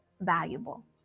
valuable